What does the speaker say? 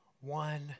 one